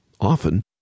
Often